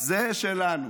שזה שלנו.